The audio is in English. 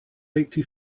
eighty